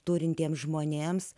turintiems žmonėms